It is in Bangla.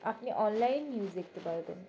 আপনি অনলাইন নিউজ দেখতে পারবেন